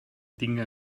dinger